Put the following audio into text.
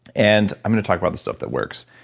and i'm going to talk about the stuff that works.